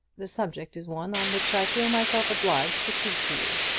the subject is one on which i feel myself obliged to speak to you.